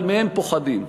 אבל מהם פוחדים,